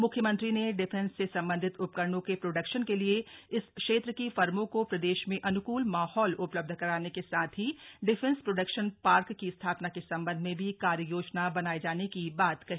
मुख्यमंत्री ने डिफेंस से सम्बन्धित उपकरणों के प्रोडक्शन के लिए इस क्षेत्र की फर्मों को प्रदेश में अनुकूल माहौल उपलब्ध कराने के साथ ही डिफेन्स प्रोडक्शन पार्क की स्थापना के सम्बंध में भी कार्य योजना बनाये जाने की बात कही